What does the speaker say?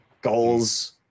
goals